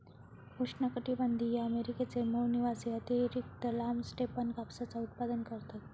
उष्णकटीबंधीय अमेरिकेचे मूळ निवासी अतिरिक्त लांब स्टेपन कापसाचा उत्पादन करतत